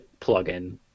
plugin